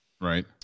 Right